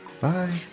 bye